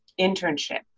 internship